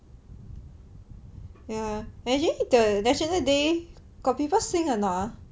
ya imagine the national day got people sing or not ah